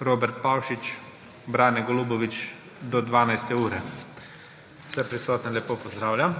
Robert Pavšič, Brane Golubović do 12. ure. Vse prisotne lepo pozdravljam!